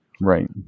right